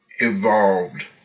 involved